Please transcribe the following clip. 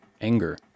anger